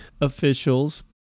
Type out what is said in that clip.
officials